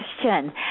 question